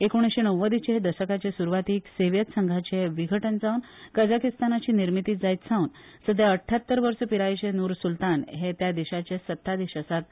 एकोणीशे णव्वदीचे दसकाचे सुरवातीक सोवियत संघाचे विघटन जावन कझाकिस्तानाची निर्मिती जायत सावन सध्या अठ्यात्तर वर्स पिरायेचे नूर सुल्तान हे त्या देशाचे सत्ताधीश आसात